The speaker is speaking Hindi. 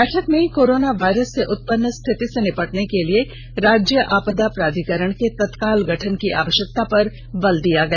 बैठक में कोरोना वायरस से उत्पन्न स्थिति से निपटने के लिए राज्य आपदा प्राधिकरण के तत्काल गठन की आवष्यकता पर बल दिया गया